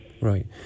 Right